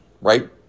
right